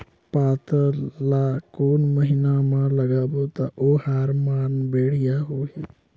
पातल ला कोन महीना मा लगाबो ता ओहार मान बेडिया होही?